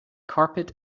carpet